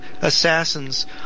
assassins